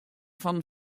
fan